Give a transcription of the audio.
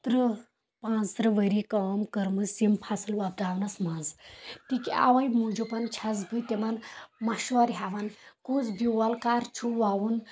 ترٕٛہ پانٛژٕترٕٛہ ؤری کٲم کٔرمٕژ یِم فصٕل وۄپداونَس منٛز اَوے موٗجوبَن چھَس بہٕ تِمن مشوَرٕ ہیٚوان کُس بیٚول کَر چھُ وَوُن